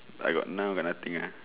I got now got nothing uh